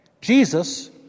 Jesus